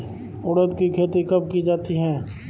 उड़द की खेती कब की जाती है?